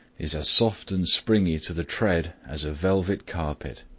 is as soft and springy to the tread as a velvet carpet.